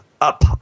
up